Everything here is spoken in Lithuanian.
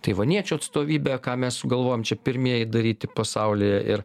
taivaniečių atstovybe ką mes sugalvojom čia pirmieji daryti pasaulyje ir